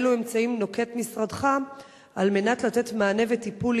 אילו אמצעים משרדך נוקט כדי לתת מענה וטיפול